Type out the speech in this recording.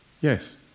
Yes